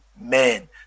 men